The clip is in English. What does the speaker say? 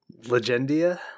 Legendia